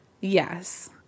Yes